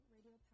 Radio